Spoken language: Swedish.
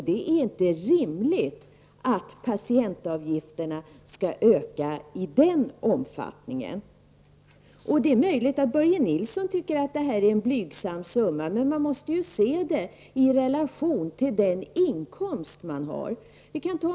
Det är inte rimligt att patientavgifterna skall öka i den omfattningen. Det är möjligt att Börje Nilsson tycker att 60 kr. är ett blygsamt belopp, men det måste ju ses i relation till den inkomst man har.